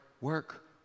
work